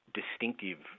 distinctive